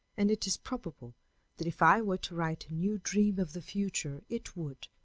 and it is probable that if i were to write a new dream of the future it would,